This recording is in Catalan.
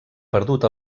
perdut